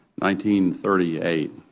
1938